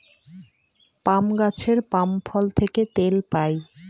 পাম গাছের পাম ফল থেকে তেল পাই